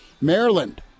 Maryland